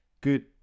good